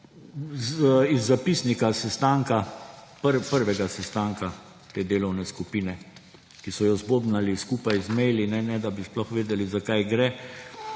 Iz zapisnika prvega sestanka te delovne skupine, ki so jo zbobnali skupaj z maili, ne da bi sploh vedeli, za kaj gre,